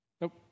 Nope